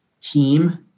team